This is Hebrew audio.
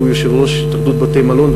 שהוא יו"ר התאחדות בתי-המלון,